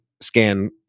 scan